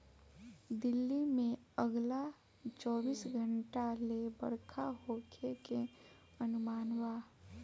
दिल्ली में अगला चौबीस घंटा ले बरखा होखे के अनुमान बा